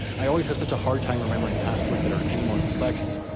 i always have such a hard time remembering passwords that are any more complex,